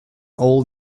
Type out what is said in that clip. all